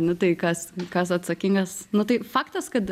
nu tai kas kas atsakingas nu tai faktas kad